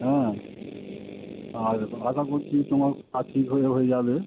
হ্যাঁ আর আশা করছি তোমার হাত ঠিক হয়ে হয়ে যাবে